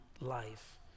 life